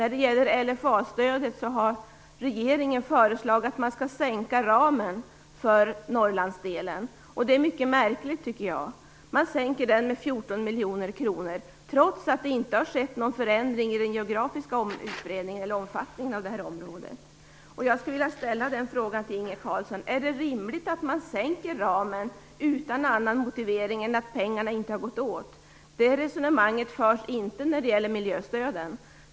Regeringen har föreslagit att man skall sänka ramanslaget för Norrlandsdelen i LFA-stödet. Det är mycket märkligt. Man sänker det med 14 miljoner kronor, trots att det inte har skett någon förändring av områdets geogafiska omfattning. Jag skulle vilja fråga Inge Carlsson: Är det rimligt att man sänker ramanslaget utan annan motivering än att pengarna inte har gått åt? Det resonemanget förs inte när det gäller miljöstöden.